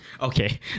okay